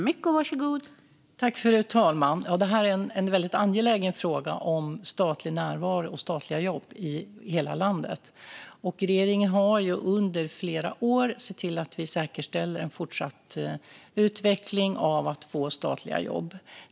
Fru talman! Det här är en väldigt angelägen fråga om statlig närvaro och statliga jobb i hela landet. Regeringen har under flera år sett till att vi säkerställer en fortsatt utveckling gällande statliga jobb.